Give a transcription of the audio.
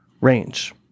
range